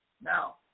Now